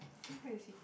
eh where is it